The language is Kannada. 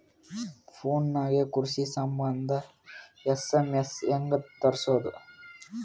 ಫೊನ್ ನಾಗೆ ಕೃಷಿ ಸಂಬಂಧ ಎಸ್.ಎಮ್.ಎಸ್ ಹೆಂಗ ತರಸೊದ?